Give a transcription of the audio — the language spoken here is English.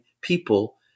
people